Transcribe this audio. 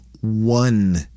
one